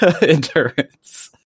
endurance